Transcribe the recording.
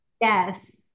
Yes